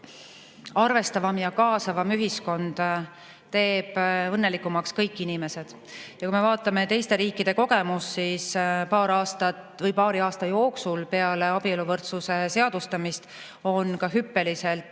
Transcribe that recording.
arvestavam ja kaasavam ühiskond teeb õnnelikumaks kõik inimesed. Ja kui me vaatame teiste riikide kogemust, siis paari aasta jooksul peale abieluvõrdsuse seadustamist on hüppeliselt